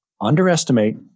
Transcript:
underestimate